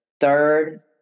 third